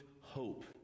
hope